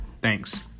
Thanks